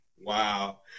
wow